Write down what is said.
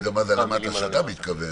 אני לא יודע מה זה הלמטה שאתה מתכוון.